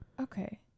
okay